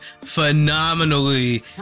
phenomenally